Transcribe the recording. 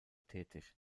tätig